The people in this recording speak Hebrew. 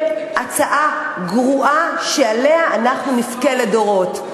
הסכם, הצעה גרועה, שאנחנו נבכה עליה לדורות.